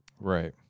Right